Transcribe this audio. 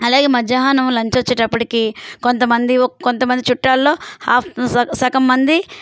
అలాగే మధ్యాహ్నం లంచ్ వచ్చేటప్పటికి కొంతమంది కొంతమంది చుట్టాల్లో హాఫ్ సగ్ సగం మంది